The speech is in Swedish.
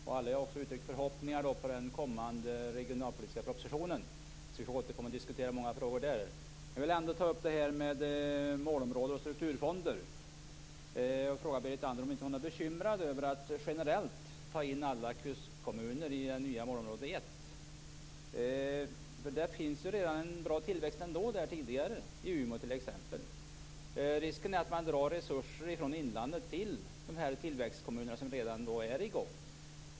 Fru talman! Det finns många frågor att diskutera inom regionalpolitiken. Alla har också uttryckt förhoppningar på den kommande regionalpolitiska propositionen. Vi får återkomma och diskutera många frågor i samband med den. Jag vill ändå ta upp det här med målområden och strukturfonder och fråga Berit Andnor om hon inte är bekymrad över att generellt ta in alla kustkommuner i det nya målområde 1. Där finns redan en bra tillväxt sedan tidigare, t.ex. i Umeå. Risken är att man drar resurser från inlandet till de tillväxtkommuner som redan är i gång.